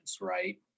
right